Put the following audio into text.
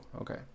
Okay